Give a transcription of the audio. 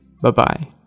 Bye-bye